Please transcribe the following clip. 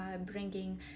bringing